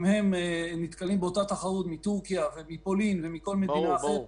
אם הם נתקלים באותה תחרות מטורקיה ומפולין ומכול מדינה אחרת --- ברור.